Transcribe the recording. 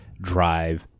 drive